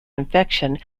infection